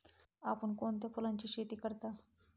आपण कोणत्या फुलांची शेती करता?